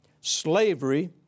slavery